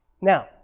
Now